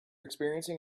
experiencing